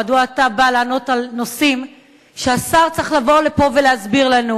מדוע אתה בא לענות על נושאים שהשר צריך לבוא לפה ולהסביר לנו,